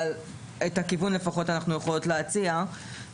אנחנו לפחות יכולות להציע את הכיוון.